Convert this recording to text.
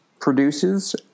produces